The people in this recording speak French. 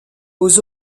aux